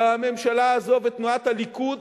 והממשלה הזאת ותנועת הליכוד